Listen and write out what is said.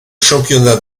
championnat